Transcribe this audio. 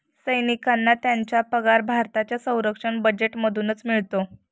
सैनिकांना त्यांचा पगार भारताच्या संरक्षण बजेटमधूनच मिळतो